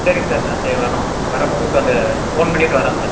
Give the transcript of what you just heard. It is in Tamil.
சரிங்க சார் நாங்கள் சரி வரோம் வரப்போ கூப்பிட்டு வந்து ஃபோன் பண்ணிகிட்டு வரோம் சார்